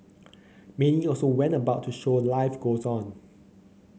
many also went about to show life goes on